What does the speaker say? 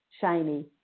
shiny